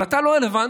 אבל אתה לא רלוונטי.